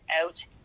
out